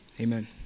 Amen